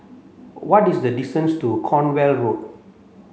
what is the distance to Cornwall Road